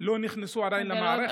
ולא נכנסו עדיין למערכת.